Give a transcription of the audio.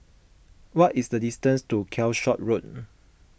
what is the distance to Calshot Road